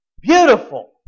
beautiful